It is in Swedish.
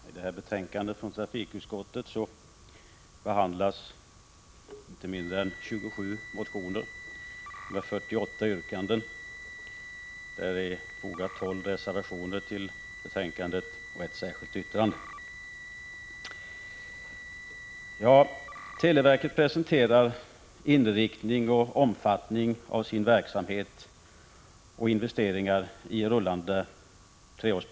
Herr talman! I det här betänkandet från trafikutskottet behandlas inte mindre än 27 motioner med 48 yrkanden. Till betänkandet är tolv reservationer fogade och ett särskilt yttrande. Televerket presenterar inriktning och omfattning av sin verksamhet samt investeringar i rullande treårsplan.